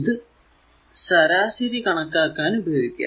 ഇത് ശരാശരി കണക്കാക്കാൻ ഉപയോഗിക്കുക